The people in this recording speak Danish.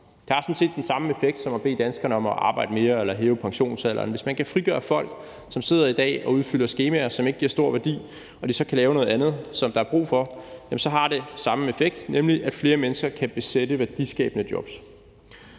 Det har sådan set den samme effekt som at bede danskerne om at arbejde mere eller hæve pensionsalderen. Hvis man kan frigøre folk, som i dag sidder og udfylder skemaer, som ikke giver stor værdi, og de så kan lave noget andet, som der er brug for, så har det den samme effekt, nemlig at mennesker kan besætte værdiskabende jobs.